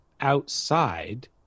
outside